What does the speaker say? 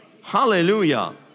Hallelujah